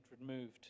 removed